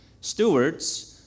stewards